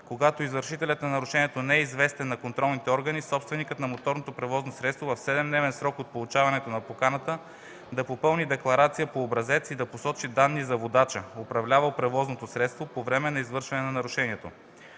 когато извършителят на нарушението не е известен на контролните органи, собственикът на моторното превозно средство в 7-дневен срок от получаването на поканата да попълни декларация по образец и да посочи данни за водача, управлявал превозното средство по време на извършване на нарушението.